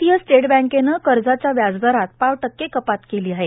भारतीय स्टेट बँकेनं कर्जाच्या व्याजदरात पाव टक्के कपात केली आहे